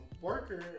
worker